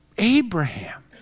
Abraham